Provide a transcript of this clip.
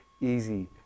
easy